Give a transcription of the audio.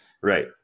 right